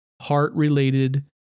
heart-related